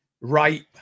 right